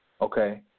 Okay